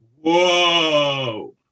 Whoa